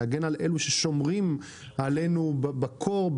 להגן על אלה ששומרים עלינו בקור,